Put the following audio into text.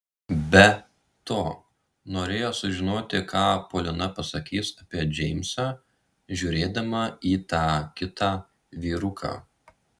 be to norėjo sužinoti ką polina pasakys apie džeimsą žiūrėdama į tą kitą vyruką